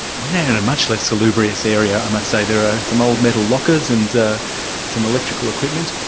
we're now in a much less salubrious area. i must say there are some old metal lockers and some electrical equipment.